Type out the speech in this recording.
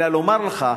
אלא לומר לך,